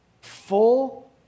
Full